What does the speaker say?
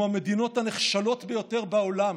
כמו המדינות הנחשלות ביותר בעולם,